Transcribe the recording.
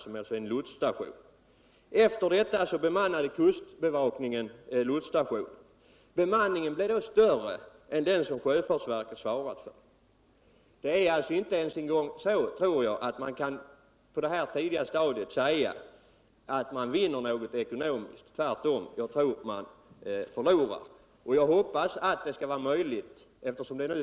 Efter att sjöfartsverket dragit in bemanningen, bemannade kustbevakningen lotsstationen, och den bemanningen blev då större än den som sjöfartsverket svarat för. Jag twor inte att man kan påstå att man vinner något ekonomiskt på en avbemanning av fyrarna. Jag tror tvärtom att man förlorar på det.